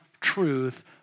truth